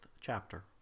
chapter